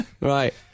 Right